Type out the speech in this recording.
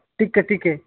ଟିକେ ଟିକେ